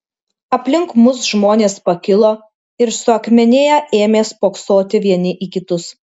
aplink mus žmonės pakilo ir suakmenėję ėmė spoksoti vieni į kitus